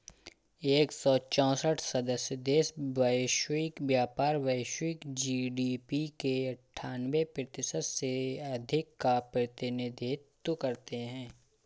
एक सौ चौसठ सदस्य देश वैश्विक व्यापार, वैश्विक जी.डी.पी के अन्ठान्वे प्रतिशत से अधिक का प्रतिनिधित्व करते हैं